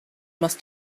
must